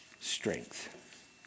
strength